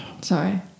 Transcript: sorry